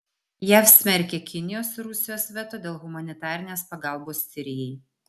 jav smerkia kinijos ir rusijos veto dėl humanitarinės pagalbos sirijai